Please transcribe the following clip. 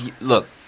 look